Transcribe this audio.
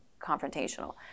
confrontational